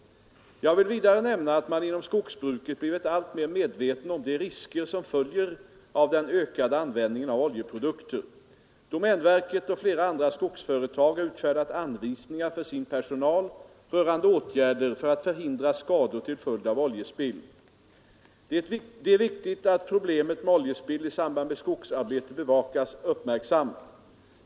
Jag vill vidare nämna att man inom skogsbruket blivit alltmer medveten om de risker som följer av den ökade användningen av oljeprodukter. Domänverket och flera andra skogsföretag har utfärdat anvisningar för sin personal rörande åtgärder för att förhindra skador till följd av oljespill. Det är viktigt att problemet med oljespill i samband med skogsarbete bevakas uppmärksamt.